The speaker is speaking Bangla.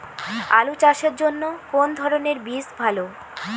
আলু চাষের জন্য কোন ধরণের বীজ ভালো?